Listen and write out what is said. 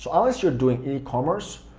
um as you're doing e-commerce,